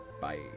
bye